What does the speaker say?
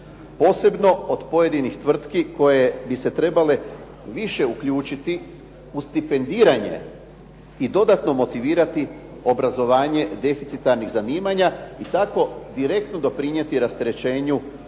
posebno od pojedinih tvrtki koje bi se trebale više uključiti u stipendiranje i dodatno motivirati obrazovanje deficitarnih zanimanja i tako direktno doprinijeti rasterećenju